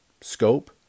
scope